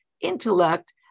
intellect